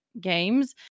games